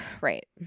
Right